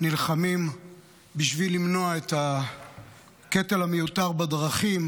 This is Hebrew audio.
נלחמים בשביל למנוע את הקטל המיותר בדרכים,